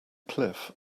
cliff